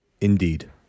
Indeed